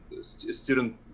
student